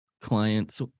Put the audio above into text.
clients